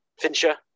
Fincher